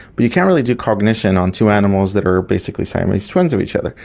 but you can't really do cognition on two animals that are basically siamese twins of each other.